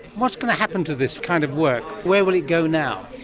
what's going to happen to this kind of work? where will it go now?